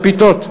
פיתות?